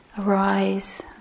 arise